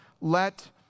let